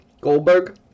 goldberg